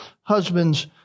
husbands